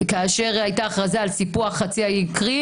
כאשר הייתה הכרזה על סיפוח חצי האי קרים,